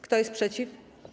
Kto jest przeciw?